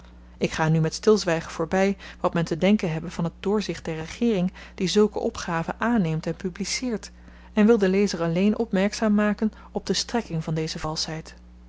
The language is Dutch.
ik ga nu met stilzwygen voorby wat men te denken hebbe van het doorzicht der regeering die zulke opgaven aanneemt en publiceert en wil den lezer alleen opmerkzaam maken op de strekking van deze valsheid